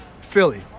Philly